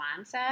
mindset